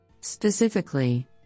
Specifically